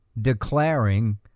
declaring